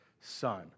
son